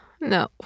No